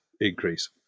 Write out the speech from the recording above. increase